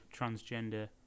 transgender